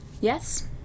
yes